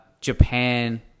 Japan